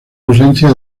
ausencia